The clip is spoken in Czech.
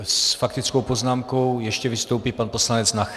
S faktickou poznámkou ještě vystoupí pan poslanec Nacher.